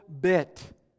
bit